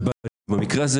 ובמקרה הזה,